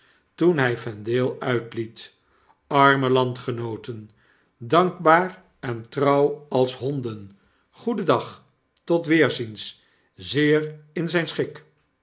toen hy vendale uitliet arme landgenooten dankbaar en trouw als honden goedendag tot weerziens zeer in myn schik